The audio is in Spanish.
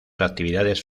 actividades